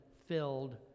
filled